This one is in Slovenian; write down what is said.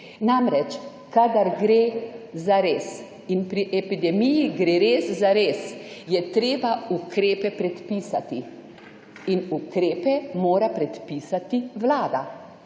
Namreč, kadar gre zares in pri epidemiji gre res zares, je treba ukrepe predpisati. In ukrepe mora predpisati vlada,